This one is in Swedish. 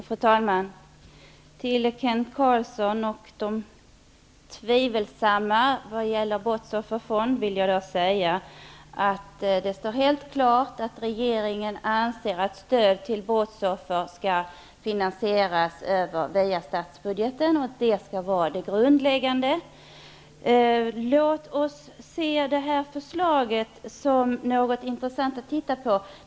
Fru talman! Till Kent Carlsson och dem som tvivlar på en brottsofferfond vill jag säga att det står helt klart att regeringen anser att stöd till brottsoffer skall finansieras över statsbudgeten och att det skall vara det grundläggande. Låt oss se förslaget som något intressant att titta på.